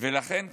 ולכן,